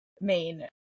main